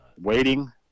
waiting